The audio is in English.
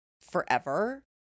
forever